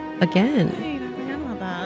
again